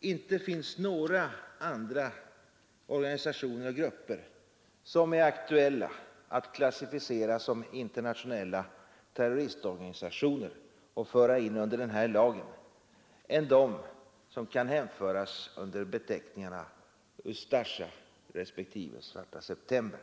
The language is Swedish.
inte finns några andra organisationer och grupper som är aktuella att klassificera som internationella terroristorganisationer — som alltså skulle föras in under den föreslagna lagen — än de som går under beteckningarna Ustasja och Svarta september.